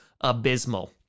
abysmal